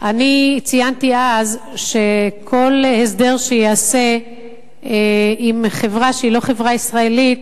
ציינתי אז שכל הסדר שייעשה עם חברה שהיא לא חברה ישראלית